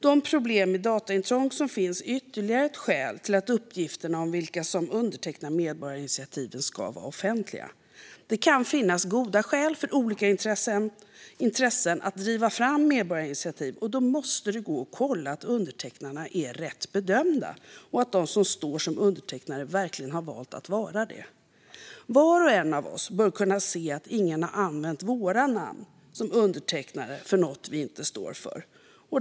De problem med dataintrång som finns är ytterligare ett skäl till att uppgifterna om vilka som undertecknar medborgarinitiativen ska vara offentliga. Det kan finnas goda skäl för olika intressen att driva fram medborgarinitiativ, och då måste det gå att kolla att de som står som undertecknare är rätt bedömda och att de verkligen har valt att vara det. Var och en av oss bör kunna se att ingen har använt våra namn som undertecknare av något som vi inte står för.